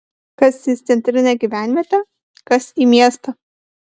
kas į centrinę gyvenvietę kas į miestą